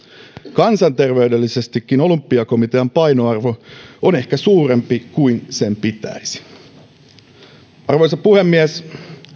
kansanterveydellisestikin olympiakomitean painoarvo on ehkä suurempi kuin sen pitäisi olla arvoisa puhemies